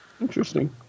Interesting